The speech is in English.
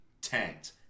tanked